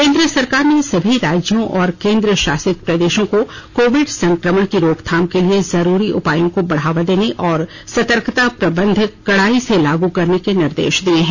केन्द्र सरकार ने सभी राज्यों और केन्द्र शासित प्रदेशों को कोविड संक्रमण की रोकथाम के लिये जरूरी उपायों को बढ़ावा देने और सतर्कता प्रबंध कड़ाई से लागू करने के निर्देश दिये हैं